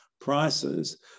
prices